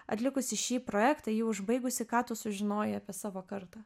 atlikusi šį projektą jį užbaigusi ką tu sužinojai apie savo kartą